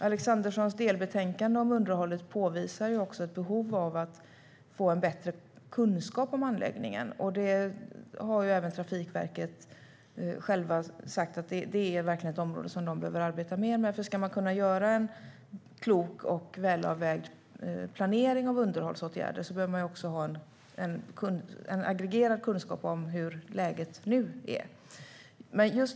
Alexanderssons delbetänkande om underhållet påvisar också ett behov av att få bättre kunskap om anläggningen, och det har Trafikverket självt sagt är ett område man behöver arbeta mer med. Ska vi kunna göra en klok och välavvägd planering av underhållsåtgärder behöver vi nämligen en aggregerad kunskap om hur läget är nu.